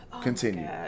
continue